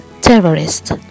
terrorist